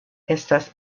estas